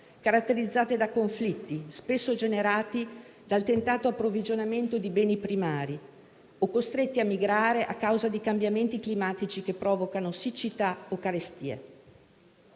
caratterizzate da conflitti, spesso generati dal tentato approvvigionamento di beni primari, oppure di persone costrette a migrare a causa di cambiamenti climatici che provocano siccità o carestie.